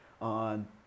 on